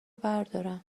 بردارم